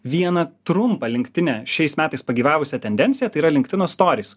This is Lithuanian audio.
vieną trumpą linktine šiais metais pagyvavusią tendenciją tai yra linktino storis